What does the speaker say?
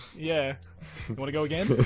yeah wanna go again? but